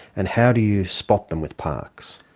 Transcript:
and how do you spot them with parkes?